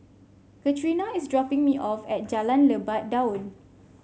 Catrina is dropping me off at Jalan Lebat Daun